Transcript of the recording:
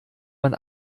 man